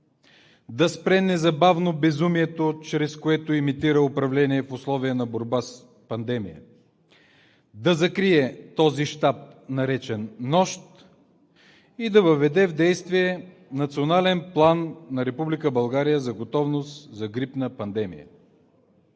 да спре незабавно безумието, чрез което имитира управление в условия на борба с пандемия – да закрие този щаб, наречен НОЩ, и да въведе в действие Национален план на Република България за готовност за грипна пандемия.